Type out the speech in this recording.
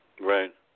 Right